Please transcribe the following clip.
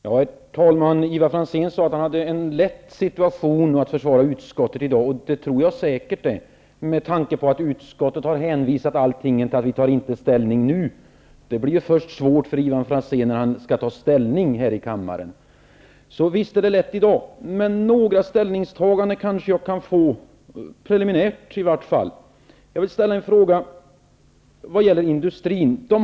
Herr talman! Ivar Franzén sade att det var lätt för honom att försvara utskottet i dag. Det tror jag säkert, med tanke på att utskottet har hänvisat allt till att man inte tar ställning nu. Det blir svårt för Ivar Franzén först när han skall ta ställning här i kammaren. Några ställningstaganden kanske han ändå kan göra, i alla fall preliminärt. Jag vill ställa en fråga vad gäller industrin.